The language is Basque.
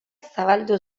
zabaldu